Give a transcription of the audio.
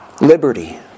liberty